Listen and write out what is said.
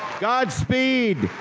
god speed,